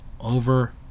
over